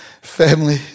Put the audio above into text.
Family